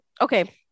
Okay